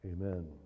Amen